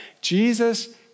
Jesus